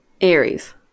Aries